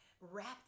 wrapped